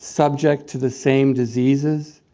subject to the same diseases,